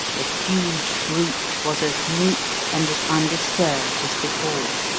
the huge brute was as meek and as undisturbed as before,